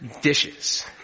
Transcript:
dishes